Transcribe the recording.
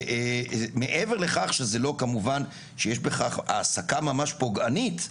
מעבר לכך שיש בכך העסקה ממש פוגענית,